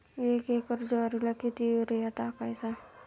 एक एकर ज्वारीला किती युरिया टाकायचा?